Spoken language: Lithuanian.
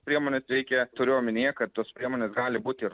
priemonės veikia turiu omenyje kad tos priemonės gali būti ir